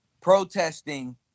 protesting